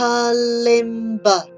Kalimba